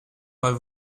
pas